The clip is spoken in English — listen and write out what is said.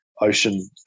ocean